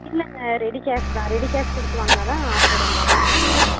இல்லைங்க ready cash தான் ready cash கொடுத்து வாங்குனால்தான் ஆஃபர் அந்த ஆஃபர் போடுறோம்